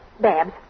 Babs